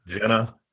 Jenna